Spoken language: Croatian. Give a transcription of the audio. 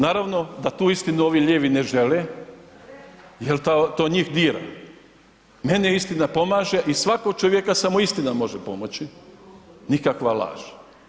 Naravno da tu istinu ovi lijevi ne žele jer to njih dira, meni istina pomaže i svakog čovjeka samo istina može pomoći, nikakva laž.